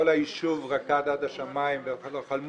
כל היישוב רקד עד השמיים ואף אחד לא חלם